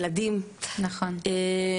נכון.